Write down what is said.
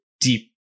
deep